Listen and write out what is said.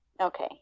okay